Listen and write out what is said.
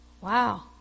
Wow